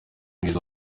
mwiza